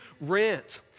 rent